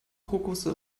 krokusse